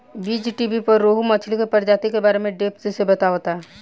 बीज़टीवी पर रोहु मछली के प्रजाति के बारे में डेप्थ से बतावता